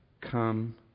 come